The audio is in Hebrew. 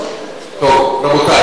רבותי,